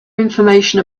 information